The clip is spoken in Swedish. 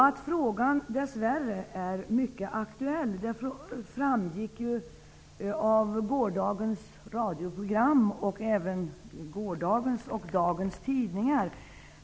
Att frågan dess värre är mycket aktuell framgick av gårdagens radioprogram och även av gårdagens och dagens tidningar.